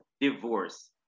divorce